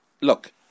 look